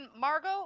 Margot